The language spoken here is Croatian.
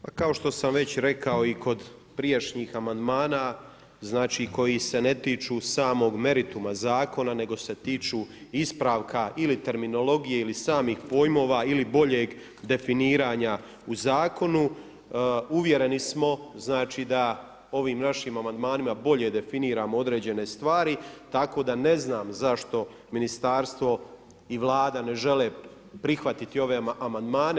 Pa kao što sam već rekao i kod prijašnjih amandmana koji se ne tiču samog merituma zakona nego se tiču ispravka ili terminologije ili samih pojmova ili boljeg definiranja u zakonu uvjereni smo da ovim našim amandmanima bolje definiramo određene stvari, tako da ne znam zašto ministarstvo i Vlada ne žele prihvatiti ove amandmane.